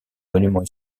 monument